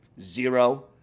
Zero